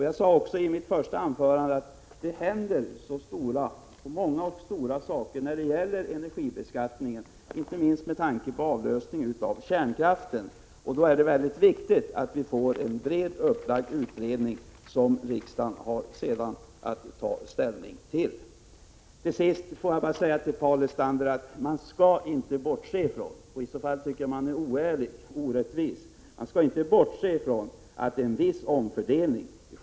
Jag sade i mitt första anförande att det händer så många och stora saker när det gäller energibeskattningen, inte minst med tanke på avlösning av kärnkraften, och då är det väldigt viktigt att vi får en brett upplagd utredning som riksdagen sedan har att ta ställning till. Låt mig till sist säga till Paul Lestander att man skall inte bortse ifrån — gör man det, tycker jag att man är oärlig och orättvis — att det i dag sker en viss omfördelning.